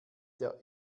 der